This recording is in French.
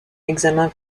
examen